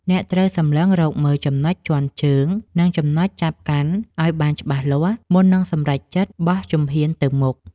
អ្នកត្រូវសម្លឹងរកមើលចំណុចជាន់ជើង និងចំណុចចាប់កាន់ឱ្យបានច្បាស់លាស់ មុននឹងសម្រេចចិត្តបោះជំហានទៅមុខ។